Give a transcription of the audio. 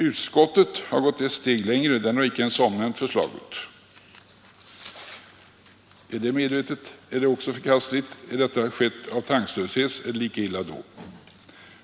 Utskottet har gått ett steg längre; det har inte ens omnämnt förslaget. Är detta medvetet är det förkastligt. Har det skett av tanklöshet är det lika illa då.